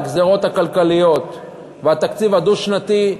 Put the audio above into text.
הגזירות הכלכליות והתקציב הדו-שנתי,